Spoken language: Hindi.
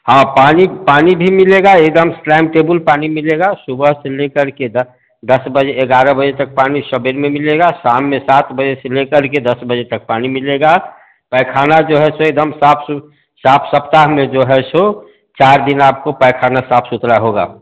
हँ पानी पानी भीं मिलेगा एक दम टाइमटेबुल पानी मिलेगा सुबह से ले कर के दस दस बजे एगारअ बजे तक पानी सवेरे में मिलेगा शाम में सात बजे से ले कर के दस बजे तक पानी मिलेगा पैखाना जो है सो एदम साफ़ सुफ़ साफ़ सफ़ाई में जो है सो चार दिन आपको पैखाना साफ़ सुथरा होगा